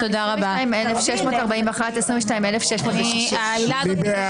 22,661 עד 22,680. מי בעד?